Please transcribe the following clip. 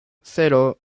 cero